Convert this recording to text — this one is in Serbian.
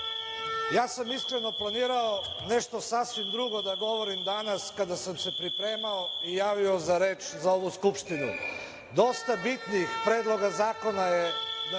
ja sam iskreno planirao nešto sasvim drugo da govorim danas kada sam se pripremao i javio za reč za ovu Skupštinu. Dosta bitnih predloga zakona je